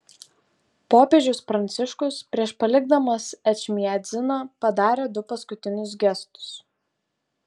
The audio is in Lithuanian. popiežius pranciškus prieš palikdamas ečmiadziną padarė du paskutinius gestus